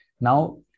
Now